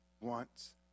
wants